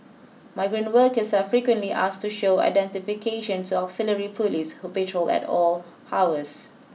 migrant workers are frequently asked to show identification to auxiliary police who patrol at all hours